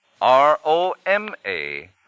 R-O-M-A